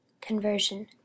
Conversion